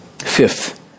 Fifth